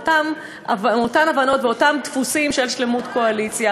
מאותן הבנות ומאותם דפוסים של שלמות הקואליציה,